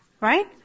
Right